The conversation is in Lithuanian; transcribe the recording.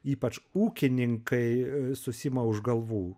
ypač ūkininkai susiima už galvų